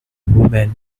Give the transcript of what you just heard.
woman